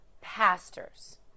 pastors